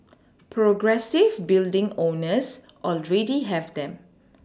progressive building owners already have them